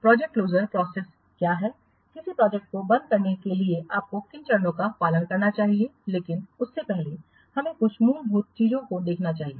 project closure process क्या है किसी प्रोजेक्ट को बंद करने के लिए आपको किन चरणों का पालन करना चाहिए लेकिन उससे पहले हमें कुछ मूलभूत चीजों को देखना चाहिए